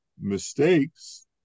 mistakes